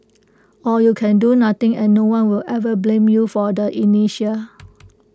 or you can do nothing and no one will ever blame you for the inertia